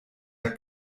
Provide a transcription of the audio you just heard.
der